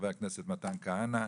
חבר הכנסת מתן כהנא,